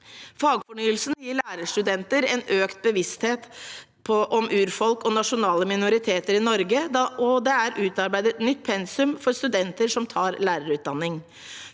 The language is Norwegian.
Fagfornyelsen gir lærerstudenter en økt bevissthet om urfolk og nasjonale minoriteter i Norge, og det er utarbeidet nytt pensum for studenter som tar lærerutdanning.